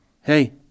hey